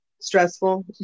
stressful